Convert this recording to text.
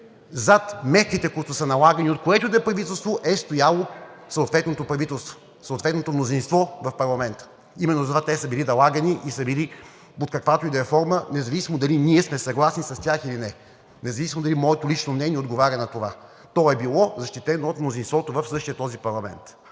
зад мерките, които са налагани от което и да е правителство, е стояло съответното правителството, съответното мнозинство в парламента. Именно затова те са били налагани и са били под каквато и да е форма, независимо дали ние сме съгласни с тях или не, независимо дали моето лично мнение отговаря на това. То е било защитено от мнозинството в същия този парламент.